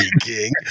King